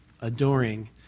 adoring